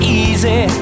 easy